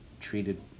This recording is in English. treated